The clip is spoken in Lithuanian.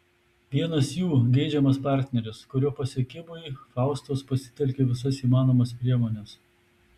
vienas jų geidžiamas partneris kurio pasiekimui faustos pasitelkia visas įmanomas priemones